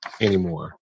anymore